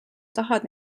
tahad